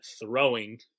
throwing